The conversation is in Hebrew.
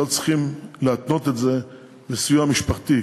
לא צריך להתנות את זה בסיוע משפחתי,